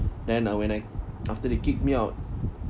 then uh when I after they kicked me out